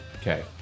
Okay